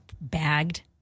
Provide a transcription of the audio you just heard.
bagged